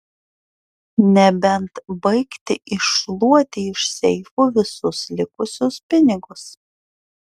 nebent baigti iššluoti iš seifų visus likusius pinigus